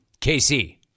KC